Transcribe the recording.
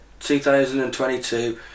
2022